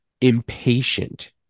impatient